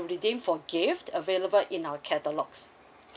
to redeem for gift available in our catalogues